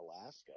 Alaska